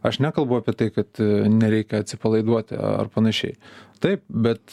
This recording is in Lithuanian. aš nekalbu apie tai kad nereikia atsipalaiduoti ar panašiai taip bet